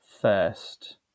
first